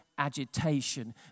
agitation